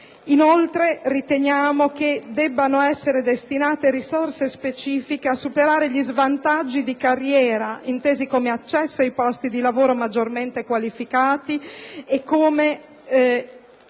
Inoltre, riteniamo che debbano essere destinate risorse specifiche a superare gli svantaggi di carriera, intesi come accesso ai posti di lavoro maggiormente qualificati e come accesso